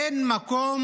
אין מקום